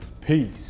Peace